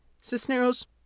Cisneros